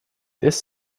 this